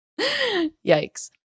Yikes